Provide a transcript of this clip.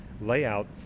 layout